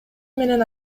менен